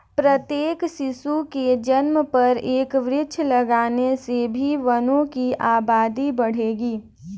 प्रत्येक शिशु के जन्म पर एक वृक्ष लगाने से भी वनों की आबादी बढ़ेगी